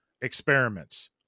experiments